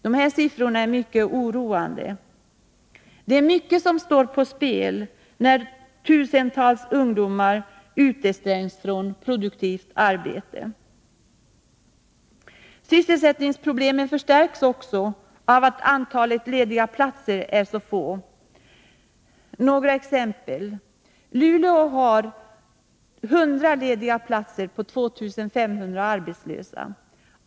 De här siffrorna är mycket oroande. Det är mycket som står på spel, när tusentals ungdomar utestängs från produktivt arbete. Sysselsättningsproblemen förstärks också av att antalet lediga platser är så litet. Några exempel: Luleå har 100 lediga platser på 2500 arbetslösa.